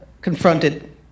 confronted